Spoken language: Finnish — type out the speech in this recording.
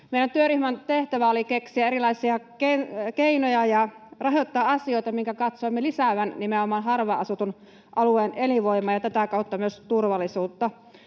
Meidän työryhmän tehtävä oli keksiä erilaisia keinoja ja rahoittaa asioita, joiden katsoimme lisäävän nimenomaan harvaan asutun alueen elinvoimaa ja tätä kautta myös turvallisuutta.